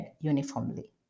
uniformly